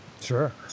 Sure